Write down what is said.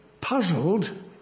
puzzled